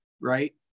right